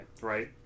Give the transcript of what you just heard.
right